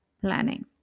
planning